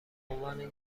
عنوان